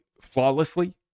flawlessly